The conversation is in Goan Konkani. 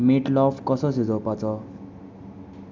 मीट लोफ कसो शिजोवचो